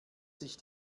sich